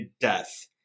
death